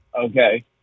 Okay